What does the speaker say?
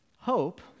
Hope